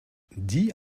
die